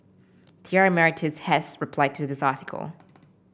T R Emeritus has replied to this article